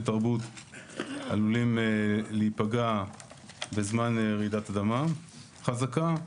תרבות עלולים להיפגע בזמן רעידת אדמה חזקה.